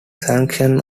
sanction